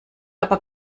aber